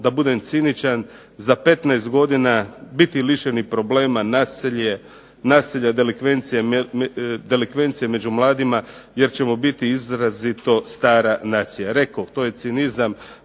da budem ciničan, za 15 godina biti lišeni problema nasilja, delikvencije među mladima jer ćemo biti izrazito stara nacija. Rekoh, to je cinizam